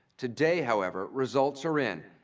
today, however, results are in,